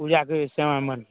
पूजा गृह श्यामा मन्